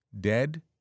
Dead